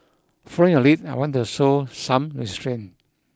following a lead I want to show some restraint